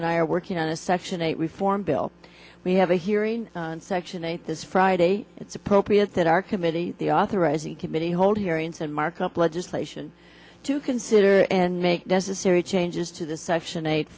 and we are working on a section eight reform bill we have a hearing on section eight this friday it's appropriate that our committee the authorizing committee hold hearings and markup legislation to consider and make necessary changes to the section eight